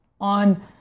on